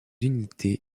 unité